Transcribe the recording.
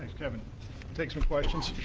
kevin takes questions